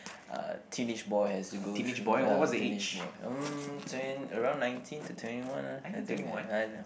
uh teenage boy has to go through ya teenage boy mm twen~ around nineteen to twenty one I think